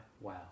Wow